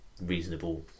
reasonable